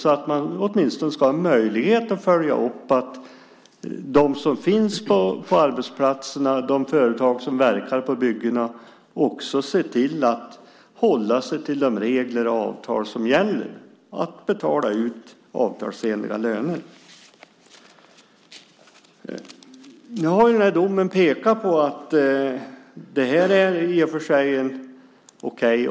Då har man åtminstone en möjlighet att följa upp att de som finns på arbetsplatserna och de företag som verkar på byggena också ser till att hålla sig till de regler och avtal som gäller och att avtalsenliga löner betalas ut. I domen har man pekat på att denna åtgärd i och för sig är okej.